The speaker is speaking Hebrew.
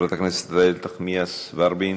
חברת הכנסת איילת נחמיאס ורבין?